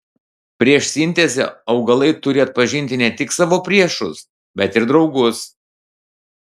prieš sintezę augalai turi atpažinti ne tik savo priešus bet ir draugus